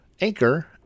Anchor